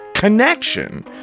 Connection